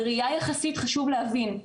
בראייה יחסית חשוב להבין,